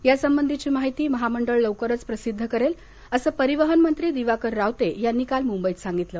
यासंबंधीची माहिती महामंडळ लवकरच प्रसिद्ध करेल असं परिवहनमंत्री दिवाकर रावते यांनी काल मुंबईत सांगितलं